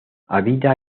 habita